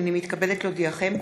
הנני מתכבדת להודיעכם,